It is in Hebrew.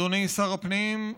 אדוני שר הפנים,